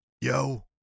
yo